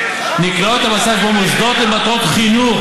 נקלעות למצב שבו מוסדות למטרות חינוך,